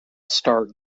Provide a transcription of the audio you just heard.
star